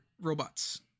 robots